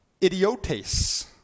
idiotes